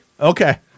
Okay